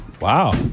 Wow